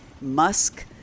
Musk